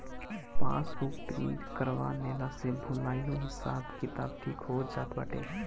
passbook print करवा लेहला से भूलाइलो हिसाब किताब ठीक हो जात बाटे